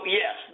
yes